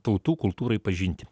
tautų kultūrai pažinti